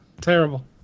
terrible